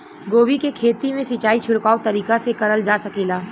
गोभी के खेती में सिचाई छिड़काव तरीका से क़रल जा सकेला?